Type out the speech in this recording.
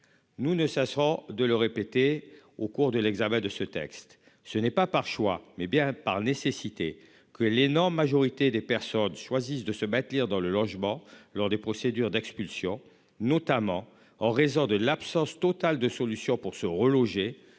Nous ne cessera de le répéter, au cours de l'examen de ce texte, ce n'est pas par choix, mais bien par nécessité que l'énorme majorité des personnes choisissent de se bâtir dans le logement lors des procédures d'expulsion, notamment en raison de l'absence totale de solutions pour se reloger.